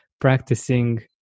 practicing